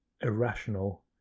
irrational